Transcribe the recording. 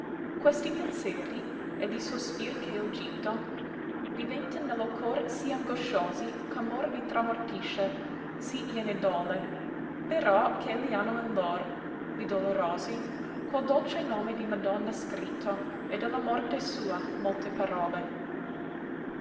questi penseri e li sospir ch'eo gitto diventan ne lo cor sì angosciosi ch'amor vi tramortisce sì glien dole però ch'elli hanno in lor li dolorosi quel dolce nome di madonna scritto e de la morte sua molte parole